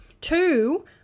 Two